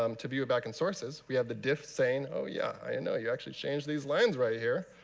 um to view back-end sources, we have the diff saying, oh yeah, you know you actually change these lines right here.